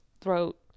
throat